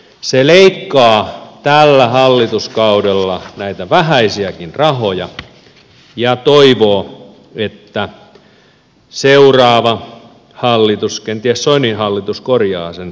se leikkaa tällä hallituskaudella näitä vähäisiäkin rahoja ja toivoo että seuraava hallitus kenties soinin hallitus korjaa sen